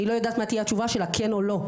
אני לא יודעת מה תהיה התשובה שלה כן או לא,